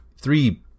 three